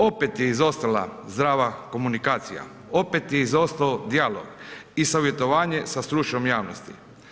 Opet je izostala zdrava komunikacija, opet je izostao dijalog i savjetovanje sa stručnom javnosti.